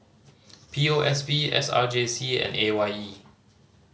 P O S B S R J C and A Y E